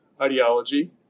ideology